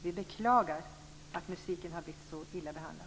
Vi beklagar att musiken har blivit så illa behandlad.